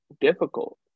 difficult